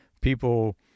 people